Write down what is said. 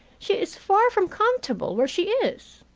she is far from comfortable where she is.